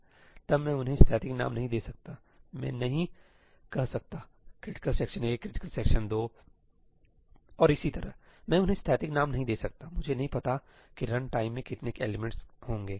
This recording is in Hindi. सही तब मैं उन्हें स्थैतिक नाम नहीं दे सकतामैं नहीं कह सकता आप जानते हैं क्रिटिकल सेक्शन 1 क्रिटिकल सेक्शन 2 और इसी तरहमैं उन्हें स्थैतिक नाम नहीं दे सकतामुझे नहीं पता कि रन टाइम में कितने एलिमेंट्सहोंगे